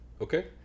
Okay